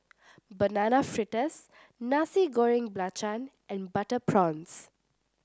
Banana Fritters Nasi Goreng Belacan and Butter Prawns